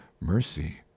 mercy